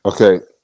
Okay